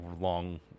long